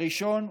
הראשון,